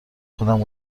خودم